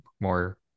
more